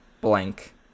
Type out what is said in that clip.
blank